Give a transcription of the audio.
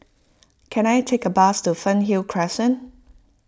can I take a bus to Fernhill Crescent